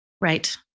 Right